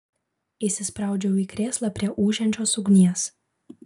įsispraudžiau į krėslą prie ūžiančios ugnies